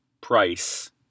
price